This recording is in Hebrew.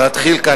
להתחיל כאן,